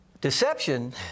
deception